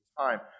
time